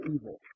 evil